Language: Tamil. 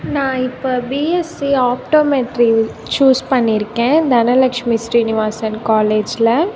நான் இப்போ BSc optometry choose Dhanalakshmi Srinivasan ஸ்ரீனிவாசன் காலேஜ்ல